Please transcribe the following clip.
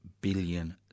billion